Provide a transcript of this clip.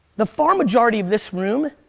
the far majority of this room,